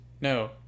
No